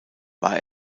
war